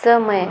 समय